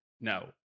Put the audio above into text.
No